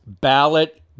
ballot